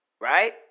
right